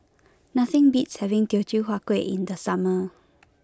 nothing beats having Teochew Huat Kueh in the summer